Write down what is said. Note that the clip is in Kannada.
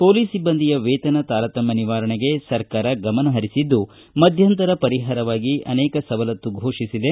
ಪೊಲೀಸ್ ಸಿಬ್ಬಂದಿಯ ವೇತನ ತಾರತಮ್ಮ ನಿವಾರಣೆಗೆ ಸರ್ಕಾರ ಗಮನ ಹರಿಸಿದ್ದು ಮಧ್ಯಂತರ ಪರಿಹಾರವಾಗಿ ಅನೇಕ ಸವಲತ್ತು ಘೋಷಿಸಿದೆ